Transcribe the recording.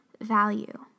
value